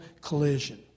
collision